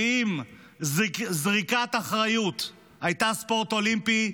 ואם זריקת אחריות הייתה ספורט אולימפי,